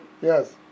Yes